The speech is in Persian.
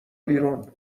بیرون